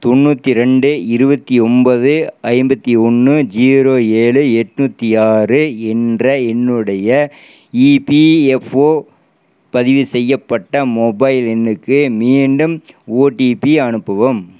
தொண்ணூற்றி ரெண்டு இருபத்தி ஒம்பது ஐம்பத்தி ஒன்று ஜீரோ ஏழு எட்நூற்றி ஆறு என்ற என்னுடைய இபிஃப்ஒ பதிவு செய்யப்பட்ட மொபைல் எண்ணுக்கு மீண்டும் ஒடிபி அனுப்பவும்